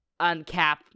uncap